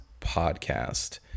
podcast